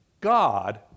God